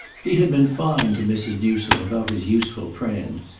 he had been fine to mrs. newsome about his useful friend,